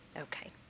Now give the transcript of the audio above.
Okay